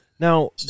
Now